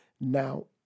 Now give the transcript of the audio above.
Now